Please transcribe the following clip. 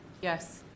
Yes